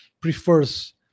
prefers